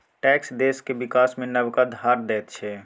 tax देशक बिकास मे नबका धार दैत छै